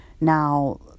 now